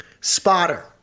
spotter